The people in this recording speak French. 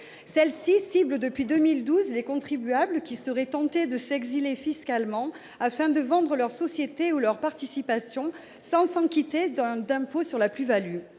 Celle-ci cible depuis 2012 les contribuables qui seraient tentés de s'exiler fiscalement afin de vendre leur société ou leurs participations sans s'acquitter d'un impôt sur la plus-value.